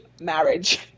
marriage